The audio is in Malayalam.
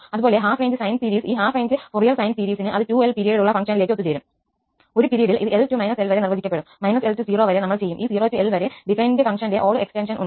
അതുപോലെ ഹാഫ് റേഞ്ച് സൈൻ സീരീസിന് ഈ ഹാഫ് റേഞ്ച് ഫോറിയർ സൈൻ സീരീസിന് അത് 2𝐿 പിരീഡ് ഉള്ള ഫംഗ്ഷനിലേക്ക് ഒത്തുചേരും ഒരു പീരിയഡിൽ ഇത് L to L വരെ നിർവചിക്കപ്പെടും −𝐿 to 0 വരെ നമ്മൾ ചെയ്യും ഈ 0 to 𝐿 വരെ ഡിഫൈൻഡ് ഫംഗ്ഷന്റെ ഓഡ്ഡ് എക്സ്റ്റൻഷൻ ഉണ്ട്